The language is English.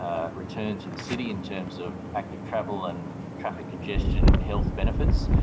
ah return to the city in terms of active travel and traffic congestion and health benefits.